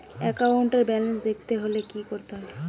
একাউন্টের ব্যালান্স দেখতে হলে কি করতে হবে?